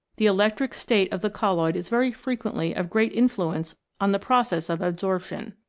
the electric state of the colloid is very frequently of great influence on the process of adsorption.